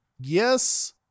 Yes